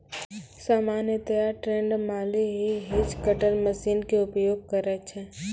सामान्यतया ट्रेंड माली हीं हेज कटर मशीन के उपयोग करै छै